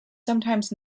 sometimes